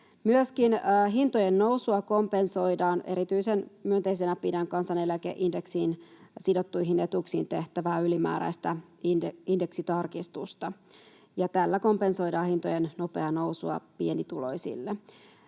Myöskin hintojen nousua kompensoidaan. Erityisen myönteisenä pidän kansaneläkeindeksiin sidottuihin etuuksiin tehtävää ylimääräistä indeksitarkistusta, ja tällä kompensoidaan hintojen nopeaa nousua pienituloisille.